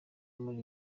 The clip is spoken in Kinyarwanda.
muri